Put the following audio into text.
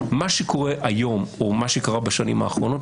היא שמה שקורה היום או מה שקרה בשנים האחרונות